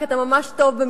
כי אתה ממש טוב במיחזור.